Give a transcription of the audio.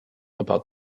about